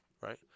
right